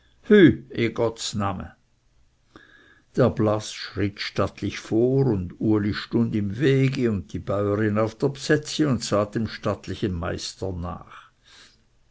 der blaß schritt stattlich vor und uli stund im wege und die bäurin auf der bsetzi und sahen dem stattlichen meister nach